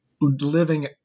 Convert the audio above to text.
living